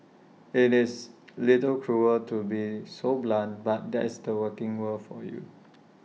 IT is A little cruel to be so blunt but that's the working world for you